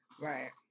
Right